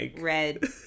red